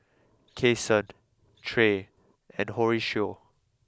Kason Tre and Horacio